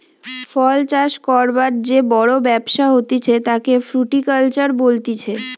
ফল চাষ করবার যে বড় ব্যবসা হতিছে তাকে ফ্রুটিকালচার বলতিছে